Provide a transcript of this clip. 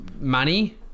money